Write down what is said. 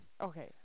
Okay